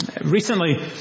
Recently